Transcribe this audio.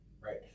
right